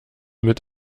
mit